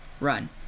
run